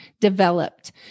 developed